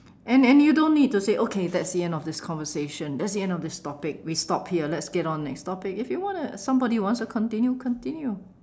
and and you don't need to say okay that's the end of this conversation that's the end of this topic we stop here let's get on next topic if you wanna somebody wants to continue continue